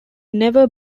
never